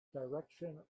direction